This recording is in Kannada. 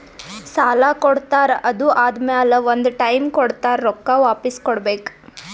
ಸಾಲಾ ಕೊಡ್ತಾರ್ ಅದು ಆದಮ್ಯಾಲ ಒಂದ್ ಟೈಮ್ ಕೊಡ್ತಾರ್ ರೊಕ್ಕಾ ವಾಪಿಸ್ ಕೊಡ್ಬೇಕ್